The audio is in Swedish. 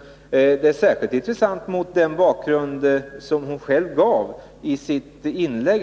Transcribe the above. Frågan är särskilt intressant mot den bakgrund som hon själv gav i sitt tidigare inlägg,